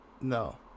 No